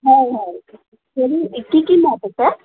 হয় হয় হেৰি কি কি মাছ আছে